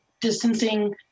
distancing